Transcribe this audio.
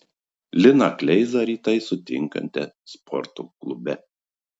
liną kleizą rytais sutinkate sporto klube